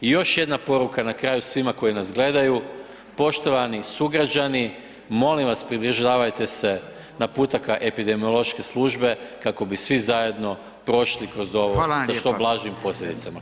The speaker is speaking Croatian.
I još jedna poruka na kraju svima koji nas gledaju, poštovani sugrađani, molim vas pridržavajte se naputaka epidemiološke službe kako bi svi zajedno prošli kroz ovo sa što blažim posljedicama.